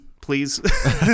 please